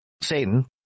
Satan